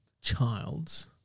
Childs